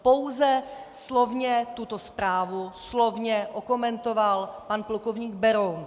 Pouze slovně tuto zprávu slovně okomentoval pan plk. Beroun.